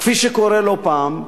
כפי שקורה לא פעם,